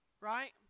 right